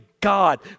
God